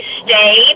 stay